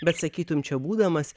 bet sakytum čia būdamas